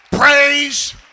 Praise